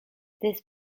this